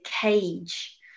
cage